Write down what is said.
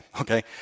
okay